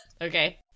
Okay